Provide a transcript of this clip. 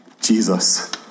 Jesus